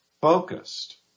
focused